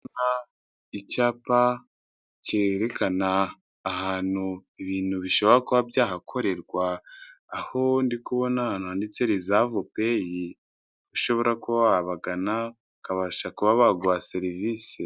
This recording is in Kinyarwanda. Icyapa cyerekana ahantu ibintu bishobora kuba byahakorerwa, aho ndikubona ahantu handitse rizavu payi, ushobora kuba wabagana bakabasha kuba baguha serivisi.